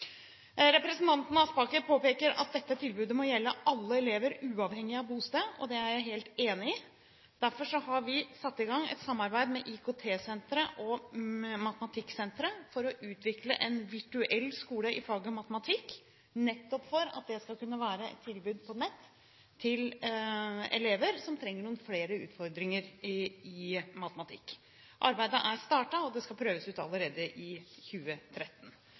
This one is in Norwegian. Representanten Aspaker påpeker at dette tilbudet må gjelde alle elever uavhengig av bosted, og det er jeg helt enig i. Derfor har vi satt i gang et samarbeid med IKT-senteret og Matematikksenteret for å utvikle en virtuell skole i faget matematikk, nettopp for at det skal kunne være et tilbud på nett til elever som trenger noen flere utfordringer i matematikk. Arbeidet er startet, og det skal prøves ut allerede i 2013.